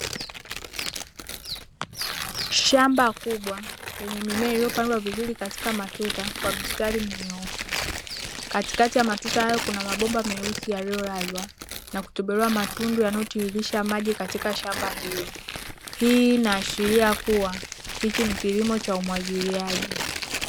Shamba kubwa lenye mimea iliyopandwa vizuri katika matuta kwa mistari minyoofu katikati ya matuta hayo kuna mabomba meusi yaliyolazwa na kutobolewa matundu yanayotiridhisha maji katika shamba hilo hii inaashiria kuwa hichi ni kilimo cha umwagiliaji.